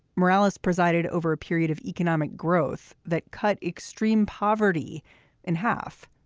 morales presided over a period of economic growth that cut extreme poverty in half.